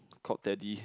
is called Teddy